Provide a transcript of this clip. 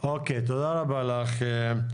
תודה רבה לך.